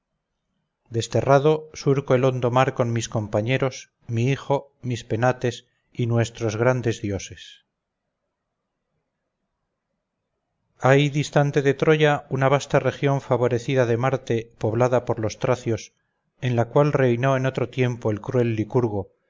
desterrado surco el hondo mar con mis compañeros mi hijo mis penates y nuestros grandes dioses hay distante de troya una vasta región favorecida de marte poblada por los tracios en la cual reinó en otro tiempo el cruel licurgo y